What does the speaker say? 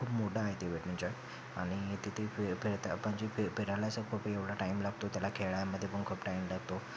खूप मोठं आहे ते वेट एन जॉय आणि तिथे फि फिरता आपण जे फि फिरायला ज खूप एवढा टाइम लागतो त्याला खेळामध्ये पण खूप टाइम लागतो